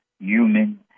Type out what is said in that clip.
human